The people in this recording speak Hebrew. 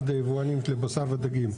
אחד היבואנים של בשר ודגים.